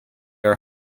are